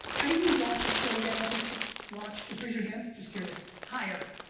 any of you watch a show yet on facebook watch? just raise your hands. just curious. higher.